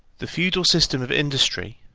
the feudal system of industry,